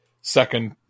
second